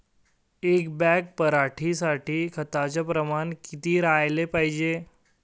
एक बॅग पराटी साठी खताचं प्रमान किती राहाले पायजे?